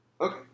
Okay